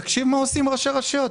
תקשיב מה עושים ראשי הרשויות